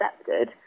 accepted